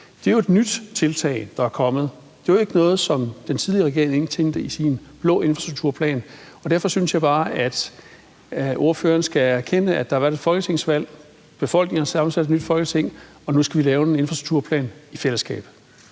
Det er jo et nyt tiltag, der er kommet, det er ikke noget, som den tidligere regering indtænkte i sin blå infrastrukturplan, og derfor synes jeg bare, at ordføreren skal erkende, at der har været et folketingsvalg, at befolkningen har sammensat et nyt Folketing, og at vi nu skal lave en infrastrukturplan i fællesskab.